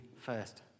first